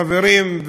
חברים,